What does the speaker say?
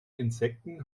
insekten